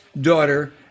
daughter